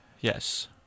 Yes